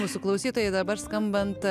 mūsų klausytojai dabar skambant